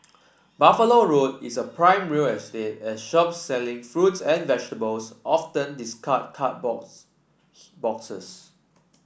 Buffalo Road is prime real estate as shop selling fruits and vegetables often discard card books boxes